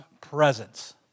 presence